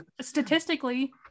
statistically